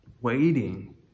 waiting